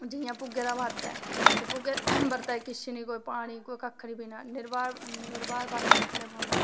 जियां भुग्गे दा बर्त ऐ त् भुग्गै बर्ता ई किश नी केई पानी कक्ख नी पीना निरवार बर्त रखना पौंदा